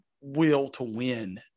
will-to-win